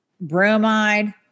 bromide